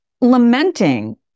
lamenting